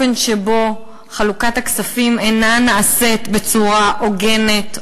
של האופן שבו חלוקת הכספים אינה נעשית בצורה הוגנת,